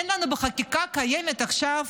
אין לנו בחקיקה הקיימת עכשיו